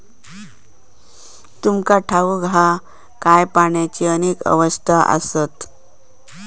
तुमका ठाऊक हा काय, पाण्याची अनेक अवस्था आसत?